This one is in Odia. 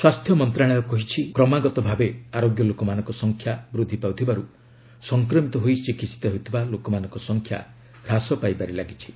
ସ୍ୱାସ୍ଥ୍ୟ ମନ୍ତ୍ରଶାଳୟ କହିଛି କ୍ରମାଗତ ଭାବେ ଆରୋଗ୍ୟ ଲୋକମାନଙ୍କ ସଂଖ୍ୟା ବୃଦ୍ଧି ପାଉଥିବାରୁ ସଂକ୍ରମିତ ହୋଇ ଚିକିିିତ ହେଉଥିବା ଲୋକମାନଙ୍କ ସଂଖ୍ୟା ହ୍ରାସ ପାଇବାରେ ଲାଗିଛି